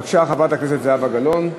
בבקשה, חברת הכנסת זהבה גלאון.